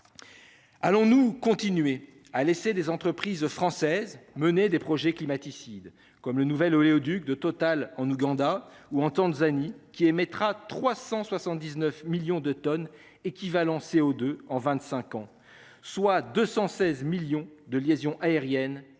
Allons-nous continuer à laisser des entreprises françaises mener des projets climaticides comme le nouvel oléoduc de Total en Ouganda ou en Tanzanie qui émettra 379 millions de tonnes équivalent CO2 en 25 ans, soit 216 millions de liaison aérienne Paris-New